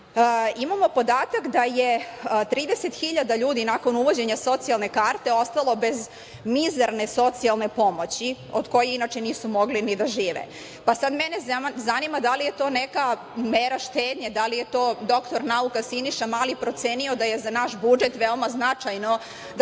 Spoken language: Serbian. imamo podatak da je 30.000 ljudi nakon uvođenja socijalne karte ostalo bez mizerne socijalne pomoći, od koje inače nisu mogli ni da žive, pa sad mene zanima da li je to neka mera štednje, da li je to doktor nauka Siniša Mali procenio da je za naš budžet veoma značajno